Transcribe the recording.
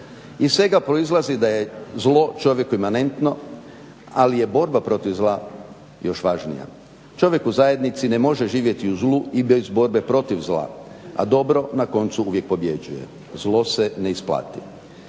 Iz svega proizlazi da je zlo čovjeku imanentno ali je borba protiv zla još važnija. Čovjek u zajednici ne može živjeti u zlu i bez borbe protiv zla, a dobro uvijek na koncu pobjeđuje. Zlo se ne isplati.